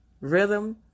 Rhythm